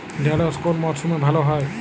ঢেঁড়শ কোন মরশুমে ভালো হয়?